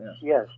yes